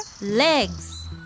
legs